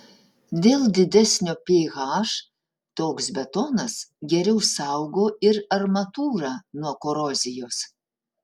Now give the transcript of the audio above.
dėl didesnio ph toks betonas geriau saugo ir armatūrą nuo korozijos